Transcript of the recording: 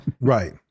right